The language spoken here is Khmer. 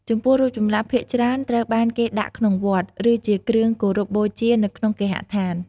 ចំពោះ រូបចម្លាក់ភាគច្រើនត្រូវបានគេដាក់ក្នុងវត្ត ឬជាគ្រឿងគោរពបូជានៅក្នុងគេហដ្ឋាន។